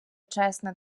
вчасно